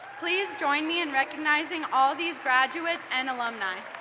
please join me in recognizing all these graduates and alumni.